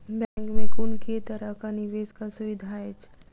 Bank मे कुन केँ तरहक निवेश कऽ सुविधा अछि?